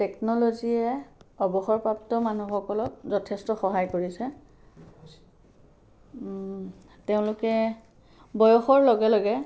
টেকনল'জিয়ে অৱসৰপ্ৰাপ্ত মানুহসকলক যথেষ্ট সহায় কৰিছে তেওঁলোকে বয়সৰ লগে লগে